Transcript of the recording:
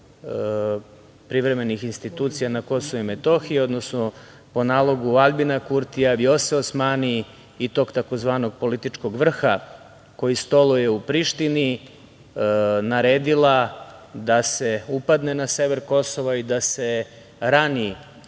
po nalogu privremenih institucija na KiM, odnosno po nalogu Aljbina Kurtija, Vljose Osmani i tog tzv. političkog vrha koji stoluje u Prištini, naredila da se upadne na sever Kosova i da se rani